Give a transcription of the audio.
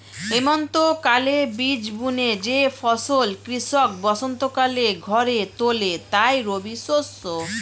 হেমন্তকালে বীজ বুনে যে ফসল কৃষক বসন্তকালে ঘরে তোলে তাই রবিশস্য